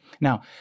Now